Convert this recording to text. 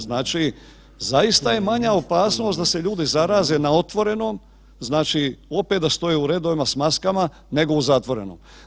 Zaista je manja opasnost da se ljudi zaraze na otvorenom, znači opet da stoje u redovima s maskama nego u zatvorenom.